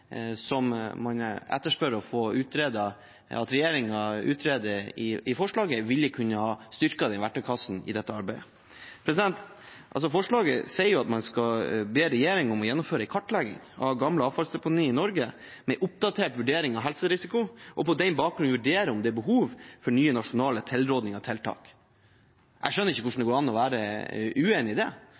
som man i forslaget etterspør at regjeringen utreder, ville kunne styrket den verktøykassen i dette arbeidet. Forslaget sier jo at man skal be regjeringen gjennomføre en kartlegging av gamle avfallsdeponi i Norge, med en oppdatert vurdering av helserisiko, og på den bakgrunn vurdere om det er behov for nye nasjonale tilrådinger og tiltak. Jeg skjønner ikke hvordan det går an å være uenig i det. Ellers kan man altså be om å få en oppdatert oversikt, og at det må vurderes om det